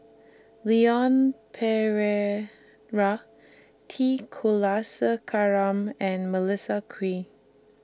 Leon Perera T Kulasekaram and Melissa Kwee